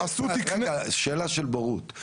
רגע, שאלה של בורות.